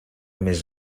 més